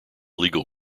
legal